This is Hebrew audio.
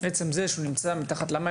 את עצם זה שהוא נמצא מתחת למים